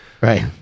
right